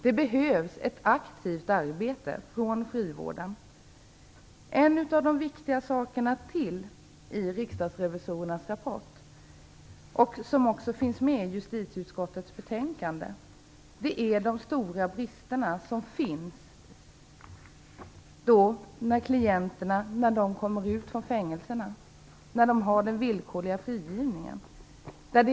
Det behövs ett aktivt arbete från frivården. En annan viktig sak i riksdagsrevisorernas rapport som också finns med i justitieutskottets betänkande är de stora bristerna när klienter kommer ut från fängelserna - det gäller vid villkorlig frigivning.